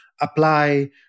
apply